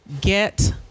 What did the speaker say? get